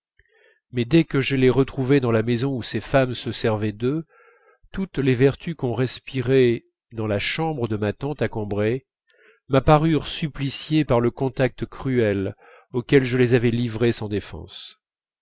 mais dès que je les retrouvai dans la maison où ces femmes se servaient d'eux toutes les vertus qu'on respirait dans la chambre de ma tante à combray m'apparurent suppliciées par le contact cruel auquel je les avais livrées sans défense